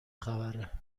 خبره